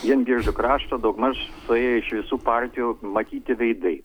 vien biržų krašto daugmaž suėję iš visų partijų matyti veidai